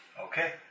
Okay